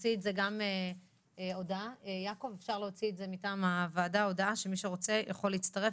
נוציא גם הודעה מטעם הוועדה שמי שרוצה יכול להצטרף.